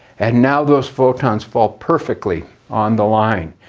and now those photons fall perfectly on the line.